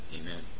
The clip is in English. amen